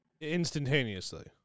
Instantaneously